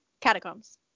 catacombs